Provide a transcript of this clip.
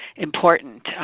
important,